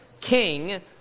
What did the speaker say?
king